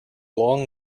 long